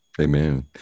Amen